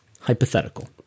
hypothetical